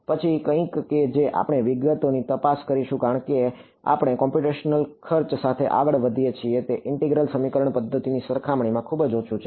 પછી કંઈક કે જે આપણે વિગતોની તપાસ કરીશું કારણ કે આપણે કોમ્પ્યુટેશનલ ખર્ચ સાથે આગળ વધીએ છીએ તે ઈન્ટિગરલ સમીકરણ પદ્ધતિઓની સરખામણીમાં ખૂબ જ ઓછું છે